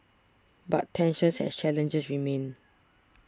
but tensions and challenges remain